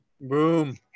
Boom